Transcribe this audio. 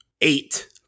eight